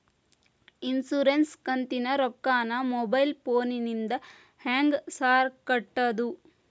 Insurance ಕಂತಿನ ರೊಕ್ಕನಾ mobile ಫೋನಿಂದ ಹೆಂಗ್ ಸಾರ್ ಕಟ್ಟದು?